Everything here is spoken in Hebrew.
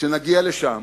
שנגיע לשם